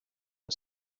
and